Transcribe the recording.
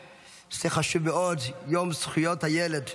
נושא חשוב מאוד: יום זכויות הילד.